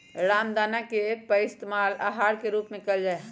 रामदाना के पइस्तेमाल आहार के रूप में कइल जाहई